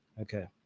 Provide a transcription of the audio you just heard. Okay